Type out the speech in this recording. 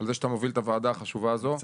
זה שאתה מוביל את הוועדה החשובה הזאת.